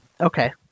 Okay